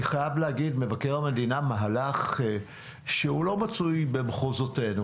מבקר המדינה עשה כאן מהלך שהוא לא מצוי במחוזותינו